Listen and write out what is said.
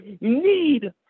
need